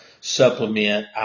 supplement